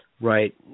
Right